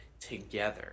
together